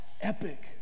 epic